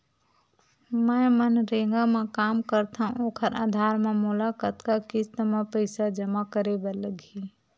मैं मनरेगा म काम करथव, ओखर आधार म मोला कतना किस्त म पईसा जमा करे बर लगही?